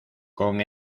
con